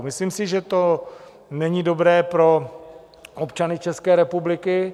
Myslím si, že to není dobré pro občany České republiky.